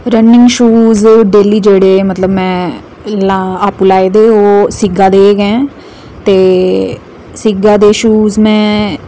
running shoes जेह्डे में लाए दे ओह् सेगा दे ते सेगा दे शूज में